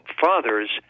fathers